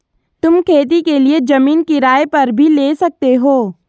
तुम खेती के लिए जमीन किराए पर भी ले सकते हो